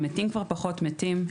המתים כבר פחות מתים,